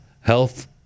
health